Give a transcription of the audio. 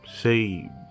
say